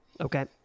Okay